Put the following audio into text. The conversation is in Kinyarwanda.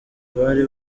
bari